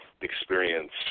experience